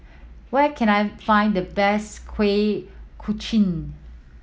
where can I find the best Kuih Kochi